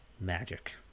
Magic